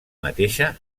mateixa